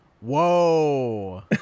Whoa